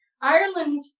Ireland